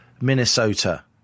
Minnesota